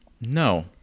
no